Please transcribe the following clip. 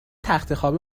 تختخواب